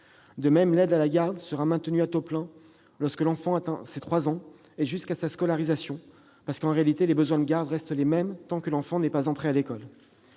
De même, l'aide à la garde sera maintenue à taux plein lorsque l'enfant atteint ses 3 ans, et ce jusqu'à sa scolarisation, car les besoins de garde restent les mêmes tant que l'enfant n'est pas entré à l'école.